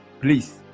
Please